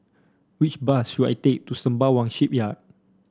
which bus should I take to Sembawang Shipyard